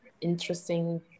interesting